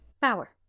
Power